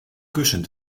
kussen